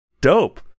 Dope